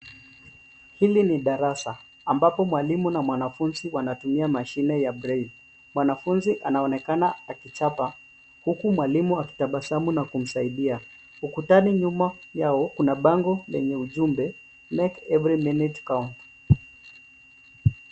Hili ni darasa ambapo mwalimu na mwanafunzi, wanatumia mashine ya braille . Mwanafunzi anaonekana akichapa, huku mwalimu akitabasamu na kumsaidia. Ukutani nyuma yao kuna bango lenye ujumbe let every minute count .